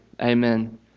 Amen